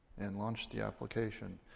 and launch the application.